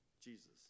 Jesus